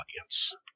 audience